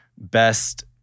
best